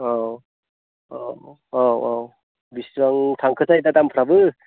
औ औ औ औ बिसिबां थांखोथाय दा दामफ्राबो